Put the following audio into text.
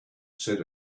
said